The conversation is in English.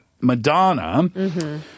Madonna